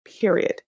period